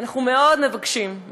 אנחנו מאוד מבקשים,